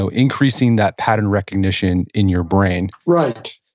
ah increasing that pattern recognition in your brain right,